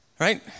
Right